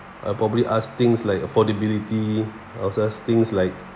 I'll probably ask things like affordability I'll ask things like